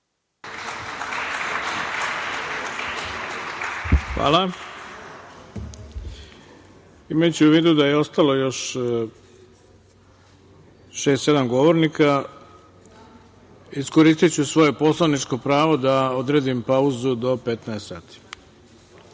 Hvala. Imajući u vidu da je ostalo još šest, sedam govornika, iskoristiću svoje poslaničko pravo da odredim pauzu do 15.00 sati.